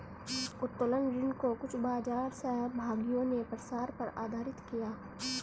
उत्तोलन ऋण को कुछ बाजार सहभागियों ने प्रसार पर आधारित किया